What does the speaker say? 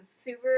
super